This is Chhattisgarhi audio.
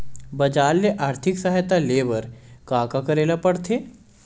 बजार ले आर्थिक सहायता ले बर का का करे ल पड़थे?